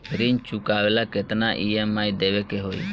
ऋण चुकावेला केतना ई.एम.आई देवेके होई?